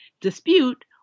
dispute